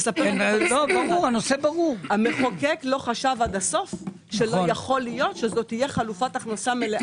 לא חשב עד הסוף שלא יכול להיות שזו תהיה חלופת הכנסה מלאה.